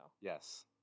Yes